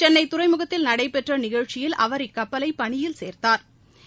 சென்னை துறைமுகத்தில் நடைபெற்ற நிகழ்ச்சியில் அவர் இக்கப்பலை பணியில் சேர்த்தாா்